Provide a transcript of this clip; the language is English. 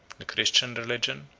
the christian religion,